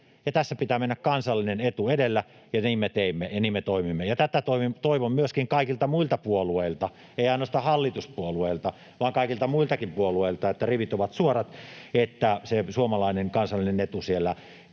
Tässä pitää mennä kansallinen etu edellä, ja niin me teimme ja niin me toimimme. Tätä toivon myöskin kaikilta muilta puolueilta, ei ainoastaan hallituspuolueilta vaan kaikilta muiltakin puolueilta, että rivit ovat suorat, jotta sitä suomalaista kansallista etua siellä